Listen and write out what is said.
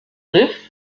riff